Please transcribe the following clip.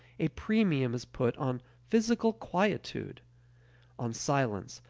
a premium is put on physical quietude on silence,